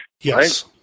yes